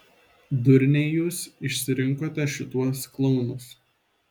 durniai jūs išsirinkote šituos klounus